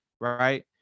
right